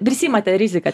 prisiimate riziką